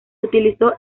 utilizó